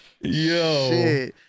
Yo